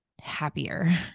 happier